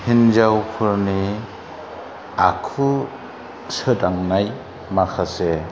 हिन्जावफोरनि आखु सोदांनाय माखासे